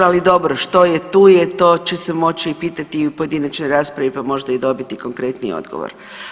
Ali dobro, što je tu je, to će se moći pitati i u pojedinačnoj raspravi, pa možda i dobiti konkretniji odgovor.